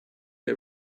der